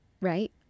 right